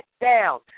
down